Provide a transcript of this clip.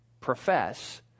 profess